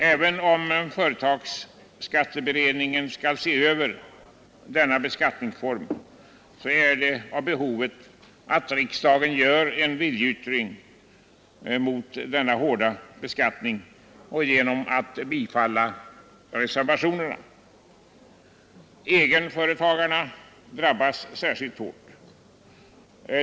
Även om företagsskatteberedningen skall se över denna beskattningsform är det behövligt att riksdagen gör en viljeyttring mot denna hårda beskattning och bifaller reservationen. Egenföretagare drabbas särskilt hårt.